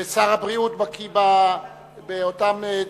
ושר הבריאות בקי באותם דברים.